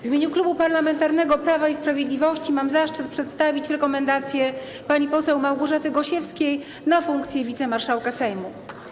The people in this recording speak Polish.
W imieniu Klubu Parlamentarnego Prawo i Sprawiedliwość mam zaszczyt przedstawić rekomendację, kandydaturę pani poseł Małgorzaty Gosiewskiej na funkcję wicemarszałka Sejmu.